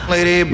Lady